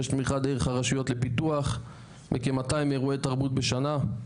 יש תמיכה דרך הרשויות לפיתוח לכ-200 אירועי תרבות בשנה.